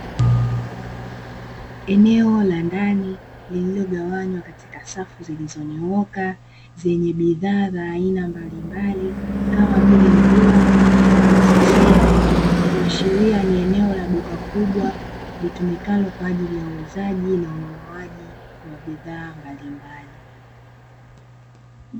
Eneo la ndani lililogawanya katika safu zilizonyooka zenye bidhaa za aina mbalimbali kama vile nguo na mwanasesere, kuashiria ni eneo la duka kubwa litumikalo kwa ajili ya uuzaji na ununuaji wa bidhaa mbalimbali.